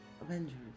Avengers